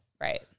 Right